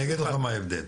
אני אגיד לך מה ההבדל,